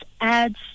adds